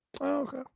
Okay